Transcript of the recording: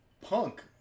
punk